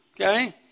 okay